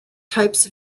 types